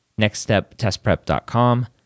nextsteptestprep.com